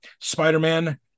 spider-man